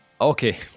Okay